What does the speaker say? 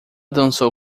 dançou